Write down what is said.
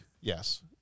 yes